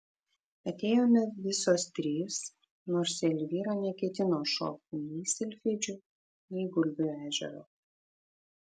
atėjome visos trys nors elvyra neketino šokti nei silfidžių nei gulbių ežero